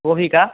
गोभी का